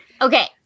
Okay